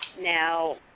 now